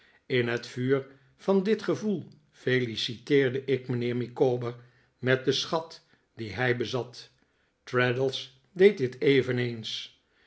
in het vuur van dit gevoel feliciteerde ik mijnheer micawber met den schat dien hij bezat traddles deed dit eveneens